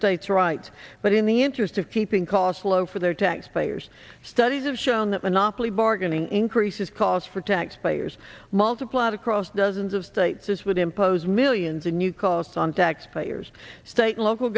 state's rights but in the interest of keeping costs low for their tax payers studies have shown that monopoly bargaining increases calls for tax payers multiplied across dozens of states this would impose millions of new costs on taxpayers state local